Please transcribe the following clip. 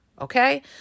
okay